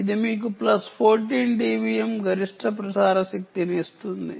ఇది మీకు plus 14 dBm గరిష్ట ప్రసార శక్తిని ఇస్తుంది